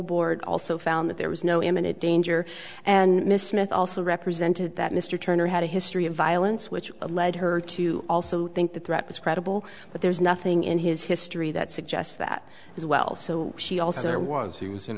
board also found that there was no imminent danger and miss smith also represented that mr turner had a history of violence which led her to also think the threat was credible but there is nothing in his history that suggests that as well so she also there was he was in